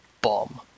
bomb